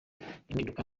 impinduka